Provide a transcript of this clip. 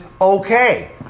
okay